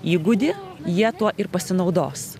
įgūdį jie tuo ir pasinaudos